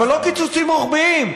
אבל לא קיצוצים רוחביים.